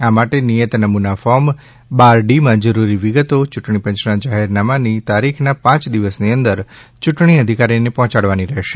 આ માટે નિયત નમૂના ફોર્મ બાર ડી માં જરૂરી વિગતો ચૂંટણીના જાહેરનામાની તારીખના પાંચ દિવસની અંદર ચુંટણી અધિકારીને પહોંચાડવાની રહેશે